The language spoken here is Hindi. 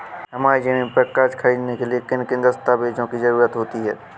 हमारी ज़मीन पर कर्ज ख़रीदने के लिए किन किन दस्तावेजों की जरूरत होती है?